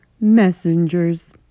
messengers